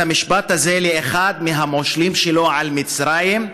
המשפט הזה לאחד מהמושלים שלו על מצרים,